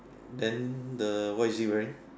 then the what is he wearing